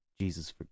Jesus